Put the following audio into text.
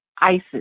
Isis